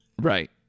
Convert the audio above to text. right